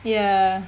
ya